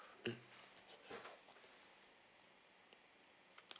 mm